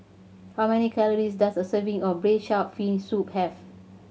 how many calories does a serving of Braised Shark Fin Soup have